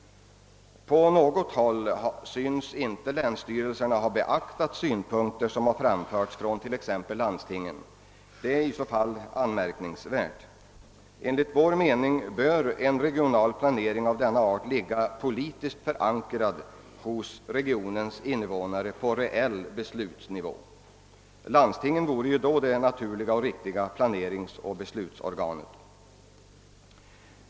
På något håll synes länsstyrelserna inte ha beaktat synpunkter som framförts från till exempel landstingen. Det är i så fall anmärkningsvärt. Enligt vår mening bör en regional planering av denna art ligga politiskt förankrad hos regionens invånare på reell beslutsnivå. Landstinget vore då det naturliga och riktiga planeringsoch beslutsorganet.